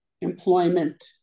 employment